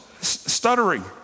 stuttering